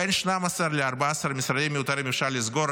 בין 12 ל-14 משרדים מיותרים אפשר לסגור,